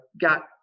got